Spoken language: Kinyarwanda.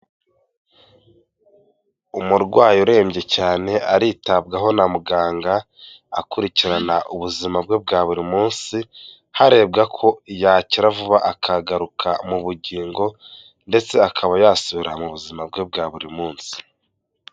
Umurwayi urembye cyane aritabwaho na muganga, akurikirana ubuzima bwe bwa buri munsi, harebwa ko yakira vuba akagaruka mu bugingo ndetse akaba yasubira mu buzima bwe bwa buri munsi.